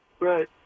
Right